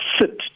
sit